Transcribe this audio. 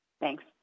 Thanks